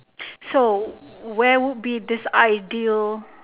so where would be this ideal